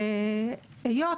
היות